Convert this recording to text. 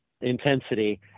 intensity